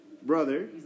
Brother